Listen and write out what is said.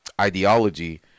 ideology